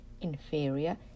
inferior